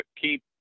keep